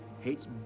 hates